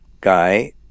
guy